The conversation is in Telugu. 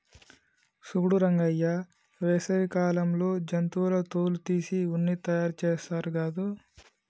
సూడు రంగయ్య వేసవి కాలంలో జంతువుల తోలు తీసి ఉన్ని తయారుచేస్తారు గాదు